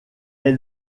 est